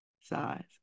size